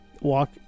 walk